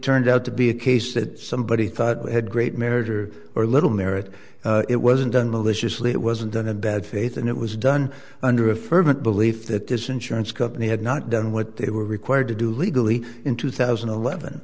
turned out to be a case that somebody thought had great merit or or little merit it wasn't done maliciously it wasn't done in bad faith and it was done under a fervent belief that this insurance company had not done what they were required to do legally in two thousand and eleven